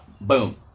boom